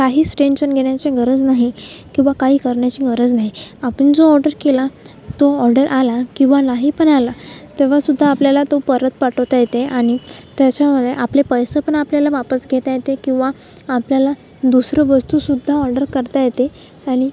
काहीच टेंशन घेण्याची गरज नाही किंवा काही करण्याची गरज नाही आपण जो ऑर्डर केला तो ऑर्डर आला किंवा नाही पण आला तेव्हासुद्धा आपल्याला तो परत पाठवता येते आणि त्याच्यामध्ये आपले पैसे पण आपल्याला वापस घेता येते किंवा आपल्याला दुसरं वस्तूसुद्धा ऑर्डर करता येते आणि